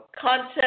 content